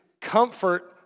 comfort